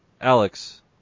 Alex